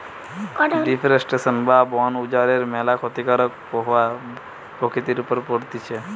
deforestation বা বন উজাড়ের ম্যালা ক্ষতিকারক প্রভাব প্রকৃতির উপর পড়তিছে